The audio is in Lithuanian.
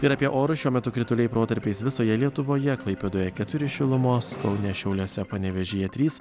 ir apie orus šiuo metu krituliai protarpiais visoje lietuvoje klaipėdoje keturi šilumos kaune šiauliuose panevėžyje trys